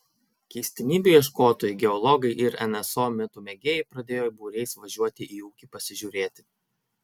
keistenybių ieškotojai geologai ir nso mitų mėgėjai pradėjo būriais važiuoti į ūkį pasižiūrėti